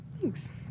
Thanks